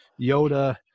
Yoda